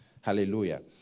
Hallelujah